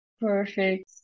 Perfect